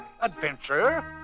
adventure